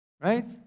Right